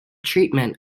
treatment